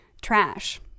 Trash